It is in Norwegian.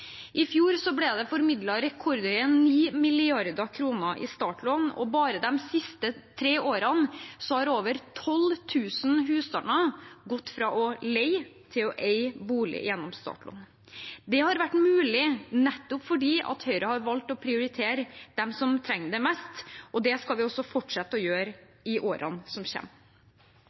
I fjor ble det formidlet rekordhøye 9 mrd. kr i startlån, og bare de siste tre årene har over 12 000 husstander gått fra å leie til å eie bolig gjennom startlån. Det har vært mulig nettopp fordi Høyre har valgt å prioritere dem som trenger det mest, og det skal vi også fortsette å gjøre i årene som